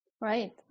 Right